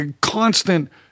constant